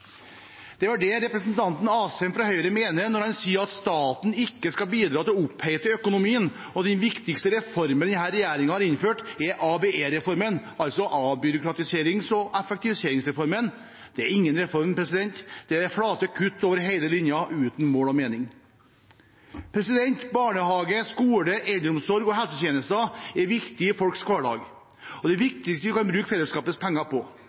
Det er vel det representanten Asheim fra Høyre mener når han sier at staten ikke skal bidra til å opphete økonomien, og at den viktigste reformen denne regjeringen har innført, er ABE-reformen, altså avbyråkratiserings- og effektiviseringsreformen. Det er ingen reform. Det er flate kutt over hele linja uten mål og mening. Barnehage, skole, eldreomsorg og helsetjenester er viktig i folks hverdag og det viktigste vi kan bruke fellesskapets penger på.